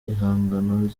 ibihangano